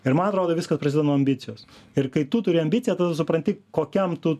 ir man atrodo viską pradeda nuo ambicijos ir kai tu turi ambiciją tada tu supranti kokiam tu